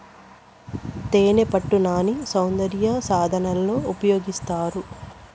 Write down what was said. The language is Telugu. తేనెపట్టు నాన్ని సౌందర్య సాధనాలలో ఉపయోగిస్తారు